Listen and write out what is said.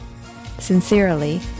Sincerely